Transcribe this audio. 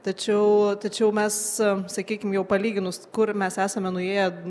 tačiau tačiau mes sakykim jau palyginus kur mes esame nuėję